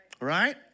Right